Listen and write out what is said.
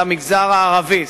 למגזר הערבי.